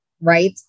right